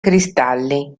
cristalli